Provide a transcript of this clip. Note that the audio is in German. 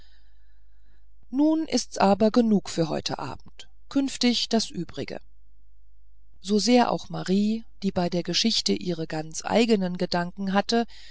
nun ist's aber genug für heute abend künftig das übrige sosehr auch marie die bei der geschichte ihre ganz eignen gedanken hatte